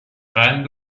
قند